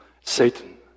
Satan